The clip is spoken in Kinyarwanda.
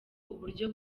uburyo